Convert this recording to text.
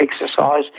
exercise